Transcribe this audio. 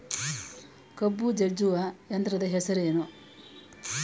ಕಬ್ಬು ಜಜ್ಜುವ ಯಂತ್ರದ ಹೆಸರೇನು?